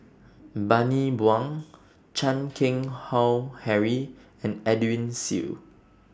Bani Buang Chan Keng Howe Harry and Edwin Siew